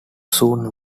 soon